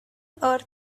earth